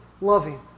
loving